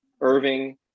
Irving